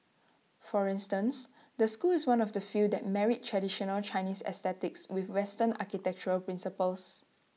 for instance the school is one of the few that married traditional Chinese aesthetics with western architectural principles